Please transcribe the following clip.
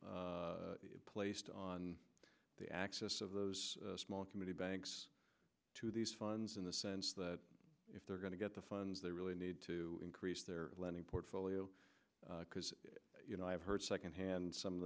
placed on the access of those small committee banks to these funds in the sense that if they're going to get the funds they really need to increase their lending portfolio because you know i've heard second hand some of